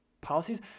policies